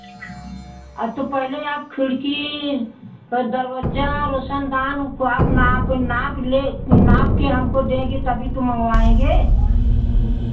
अरे तो पहले आप खिड़की और दरवाजा रौशनदान को आप नाप नाप ले नाप के हमको देंगे तभी तो मंगवाएंगे